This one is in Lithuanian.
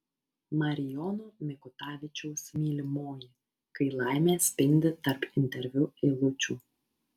marijono mikutavičiaus mylimoji kai laimė spindi tarp interviu eilučių